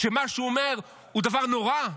שמה שהוא אומר הוא דבר נורא?